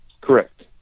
Correct